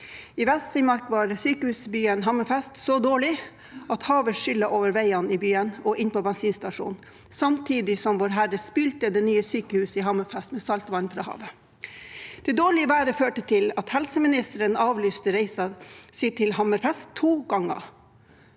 I Vest-Finnmark var været i sykehusbyen Hammerfest så dårlig at havet skyllet over veiene i byen – og inn på bensinstasjonen – samtidig som Vårherre spylte det nye sykehuset i Hammerfest med saltvann fra havet. Det dårlige været førte til at helseministeren avlyste reisen sin til Hammerfest to ganger.